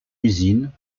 usine